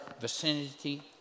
vicinity